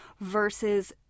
versus